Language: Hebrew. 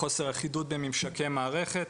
חוסר אחידות בממשקי מערכת,